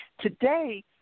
today